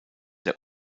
der